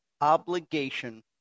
obligation